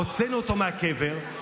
הוצאנו אותו מהקבר,